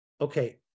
Okay